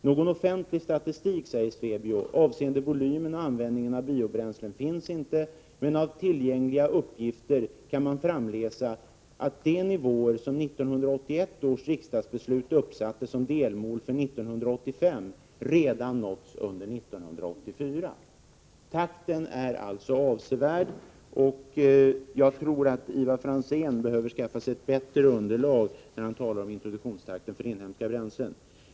Någon offentlig statistik avseende volym och användning av biobränslen finns inte, men av tillgängliga uppgifter kan man framläsa att de nivåer som 1981 års riksdagsbeslut uppsatte som delmål för 1985 redan nåtts under 1984.” Takten är alltså avsevärd, och jag tror att Ivar Franzén behöver skaffa sig ett bättre underlag när han talar om introduktionstakten för inhemska bränslen.